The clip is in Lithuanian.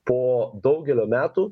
po daugelio metų